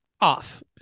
Off